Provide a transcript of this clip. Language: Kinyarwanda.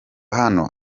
hano